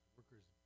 Workers